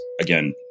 again